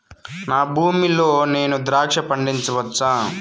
నా భూమి లో నేను ద్రాక్ష పండించవచ్చా?